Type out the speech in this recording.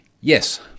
yes